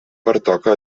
pertoca